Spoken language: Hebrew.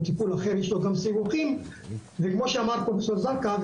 או טיפול אחר ויש לו גם סיבוכים וכמו שאמר פרופסור זרקא,